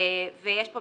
אז גם מה שדיברנו,